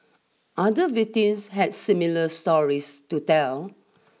other victims had similar stories to tell